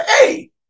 Hey